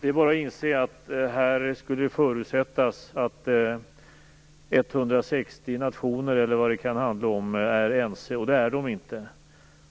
Det är bara att inse att detta skulle förutsätta att 160 nationer är ense, och det är de inte.